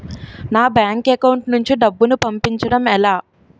నా bank account నుంచి డబ్బును పంపించడం ఎలా?